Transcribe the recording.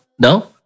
No